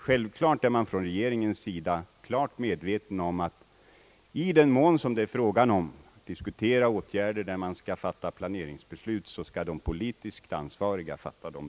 Självklart är man från regeingens sida medveten om att det är de politiskt ansvariga som skall fatta besluten när det är fråga om planeringsåtgärder.